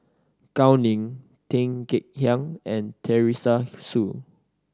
Gao Ning Tan Kek Hiang and Teresa Hsu